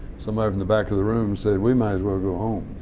somebody from the back of the room said we might as well go home